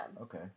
Okay